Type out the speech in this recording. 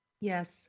Yes